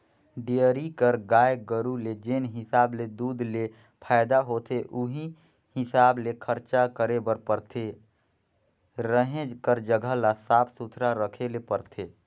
dairy कर गाय गरू ले जेन हिसाब ले दूद ले फायदा होथे उहीं हिसाब ले खरचा करे बर परथे, रहें कर जघा ल साफ सुथरा रखे ले परथे